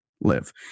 live